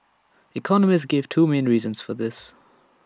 economists gave two main reasons for this